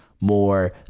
more